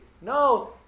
No